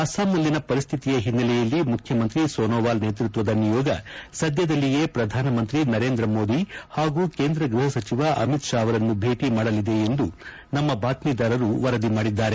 ಅಸ್ತಾಂನಲ್ಲಿನ ಪರಿಸ್ತಿತಿಯ ಹಿನ್ನೆಲೆಯಲ್ಲಿ ಮುಖ್ಯಮಂತ್ರಿ ಸೋನೋವಾಲ್ ನೇತೃತ್ವದ ನಿಯೋಗ ಸದ್ದದಲ್ಲಿಯೇ ಪ್ರಧಾನ ಮಂತ್ರಿ ನರೇಂದ್ರ ಮೋದಿ ಹಾಗೂ ಕೇಂದ್ರ ಗೃಹ ಸಚಿವ ಅಮಿತ್ ಶಾ ಅವರನ್ನು ಭೇಟಿ ಮಾಡಲಿದೆ ಎಂದು ನಮ್ನ ಬಾತ್ತೀದಾರರು ವರದಿ ಮಾಡಿದ್ಗಾರೆ